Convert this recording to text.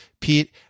pete